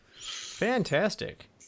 Fantastic